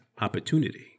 opportunity